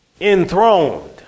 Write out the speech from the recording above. enthroned